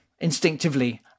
instinctively